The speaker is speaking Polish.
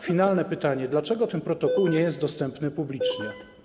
Finalne pytanie: Dlaczego ten protokół nie jest dostępny publicznie?